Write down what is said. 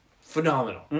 phenomenal